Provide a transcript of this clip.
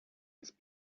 his